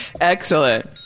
Excellent